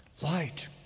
light